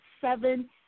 seven